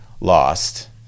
lost